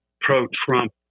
pro-Trump